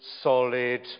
solid